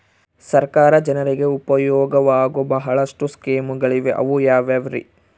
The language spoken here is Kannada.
ಸರ್ಕಾರ ಜನರಿಗೆ ಉಪಯೋಗವಾಗೋ ಬಹಳಷ್ಟು ಸ್ಕೇಮುಗಳಿವೆ ಅವು ಯಾವ್ಯಾವ್ರಿ?